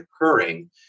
occurring